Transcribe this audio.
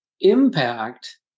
impact